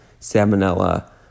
salmonella